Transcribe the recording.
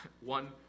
One